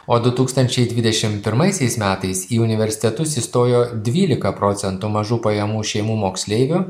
o du tūkstančiai dvidešim pirmaisiais metais į universitetus įstojo dvylika procentų mažų pajamų šeimų moksleivių